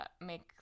make